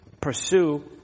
Pursue